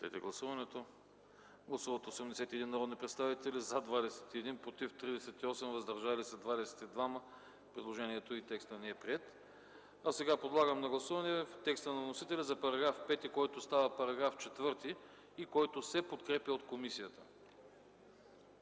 не подкрепя. Гласували 81 народни представители: за 21, против 38, въздържали се 22. Предложението, текстът не е приет. Сега подлагам на гласуване текста на вносителя за § 5, който става § 4 и който се подкрепя от комисията.